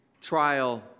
trial